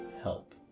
help